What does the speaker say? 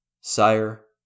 Sire